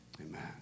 amen